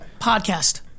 podcast